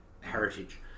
heritage